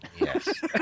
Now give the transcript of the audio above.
Yes